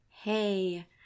Hey